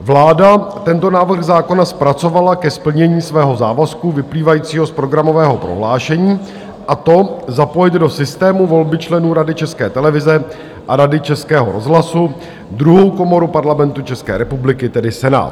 Vláda tento návrh zákona zpracovala ke splnění svého závazku vyplývajícího z programového prohlášení, a to zapojit do systému volby členů Rady České televize a Rady Českého rozhlasu druhou komoru Parlamentu České republiky, tedy Senát.